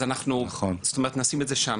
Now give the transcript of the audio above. אז אנחנו נשים את זה שם,